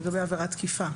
לגבי עבירת תקיפה.